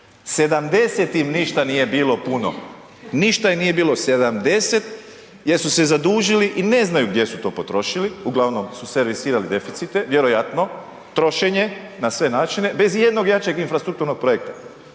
70 im ništa nije bilo puno. Ništa im nije bilo, 70 jer su se zadužili i ne znaju gdje su to potrošili, uglavnom su servisirali deficite, vjerojatno, trošenje na sve načine, bez i jednog jačeg infrastrukturnog projekta.